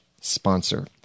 sponsor